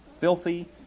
filthy